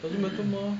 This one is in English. doesn't matter mah